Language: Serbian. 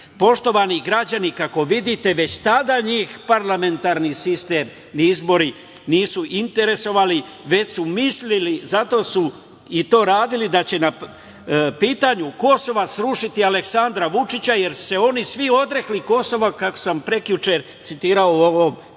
pameti?“.Poštovani građani, kako vidite, već tada njih parlamentarni sistem, ni izbori nisu interesovali, već su mislili, zato su to i radili, da će na pitanju Kosova srušiti Aleksandra Vučića, jer su se oni svi odrekli Kosova, kako sam prekjuče citirao u ovom visokom